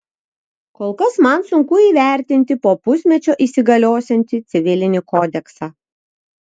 kol kas man sunku įvertinti po pusmečio įsigaliosiantį civilinį kodeksą